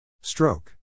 Stroke